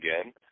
again